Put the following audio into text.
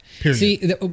See